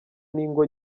n’ingo